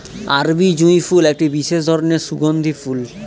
আরবি জুঁই ফুল একটি বিশেষ ধরনের সুগন্ধি ফুল